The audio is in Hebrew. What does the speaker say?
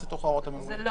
לא,